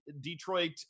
Detroit